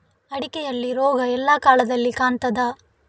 ಅಡಿಕೆಯಲ್ಲಿ ರೋಗ ಎಲ್ಲಾ ಕಾಲದಲ್ಲಿ ಕಾಣ್ತದ?